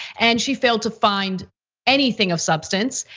and she failed to find anything of substance.